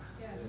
Yes